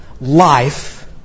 life